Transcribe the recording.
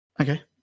okay